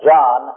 John